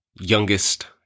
youngest